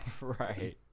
Right